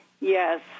Yes